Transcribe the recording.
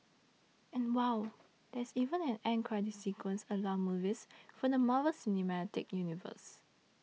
and wow there's even an end credit sequence a la movies from the Marvel cinematic universe